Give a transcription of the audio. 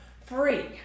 free